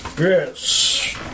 Yes